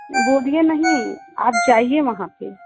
बोलिए नहीं आप जाइए वहाँ पर